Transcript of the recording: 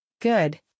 good